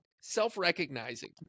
self-recognizing